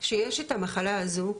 כשיש את המחלה הזו,